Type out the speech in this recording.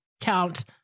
count